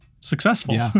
Successful